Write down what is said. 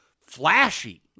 flashy